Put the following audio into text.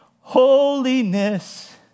Holiness